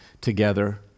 together